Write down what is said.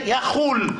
יחול.